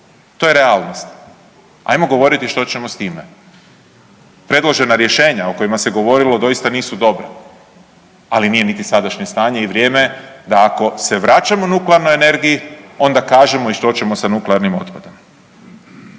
to je realnost, ajmo govoriti što ćemo s time. Predložena rješenja o kojima se govorilo doista nisu dobra, ali nije niti sadašnje stanje i vrijeme je da ako se vraćamo nuklearnoj energiji onda kažemo i što ćemo sa nuklearnim otpadom.